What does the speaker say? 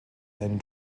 and